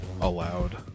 allowed